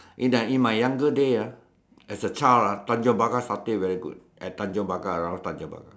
in the in my younger day ah as a child ah Tanjong-Pagar satay very good at Tanjong-Pagar around Tanjong-Pagar